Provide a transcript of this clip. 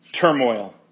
turmoil